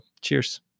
cheers